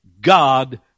God